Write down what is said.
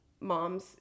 moms